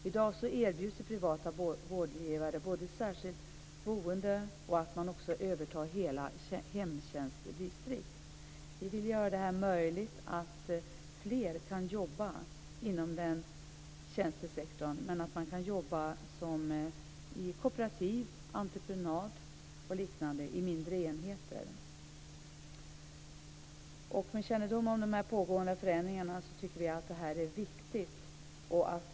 I dag erbjuder privata vårdgivare både särskilt boende och att också överta hela hemtjänstdistrikt. Vi vill göra det möjligt för fler att jobba inom denna tjänstesektor, men att man kan jobba i kooperativ, på entreprenad och liknande i mindre enheter. Med kännedom om de pågående förändringarna tycker vi att det här är viktigt.